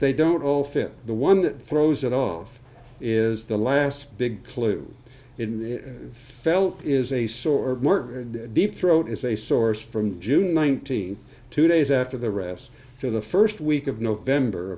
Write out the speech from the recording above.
they don't all fit the one that throws it off is the last big clue in felt is a sore and deep throat is a source from june nineteenth two days after the rest for the first week of november